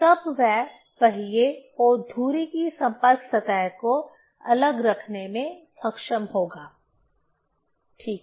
तब वह पहिए और धुरी की संपर्क सतह को अलग रखने में सक्षम होगा ठीक है